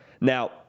Now